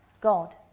God